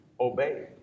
obey